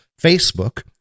Facebook